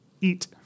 Eat